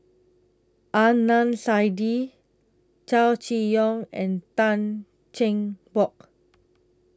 Adnan Saidi Chow Chee Yong and Tan Cheng Bock